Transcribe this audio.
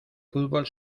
fútbol